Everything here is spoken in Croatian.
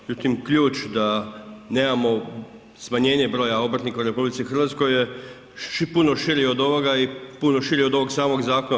Međutim, ključ da nemamo smanjenje broja obrtnika u RH je puno širi od ovoga i puno širi od ovog samog zakona.